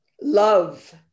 love